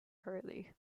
hurley